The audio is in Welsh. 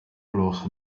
gloch